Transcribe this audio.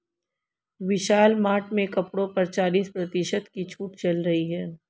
विशाल mart में कपड़ों पर चालीस प्रतिशत की छूट चल रही है